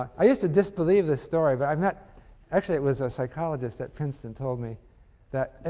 i used to disbelieve this story but i'm not actually it was a psychologist at princeton told me that,